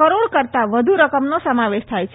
કરોડ કરતાં વધુ રકમનો સમાવેશ થાય છે